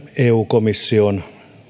eu komission